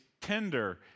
tender